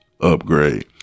Upgrade